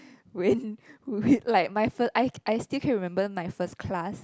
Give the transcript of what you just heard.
when with like my first I I still can remember my first class